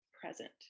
present